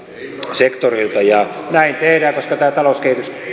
sektorilta ja näin tehdään koska tämä talous